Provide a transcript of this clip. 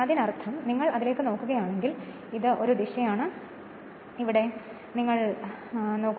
അതിനർത്ഥം നിങ്ങൾ അതിലേക്ക് നോക്കുകയാണെങ്കിൽ ഇത് ഒരു ദിശയാണ് നിങ്ങൾ ഇവിടെ ഇട്ടാൽ ഇതും ദിശയാണ്